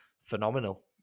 phenomenal